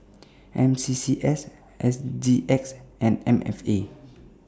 M C C S S G X and M F A